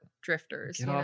drifters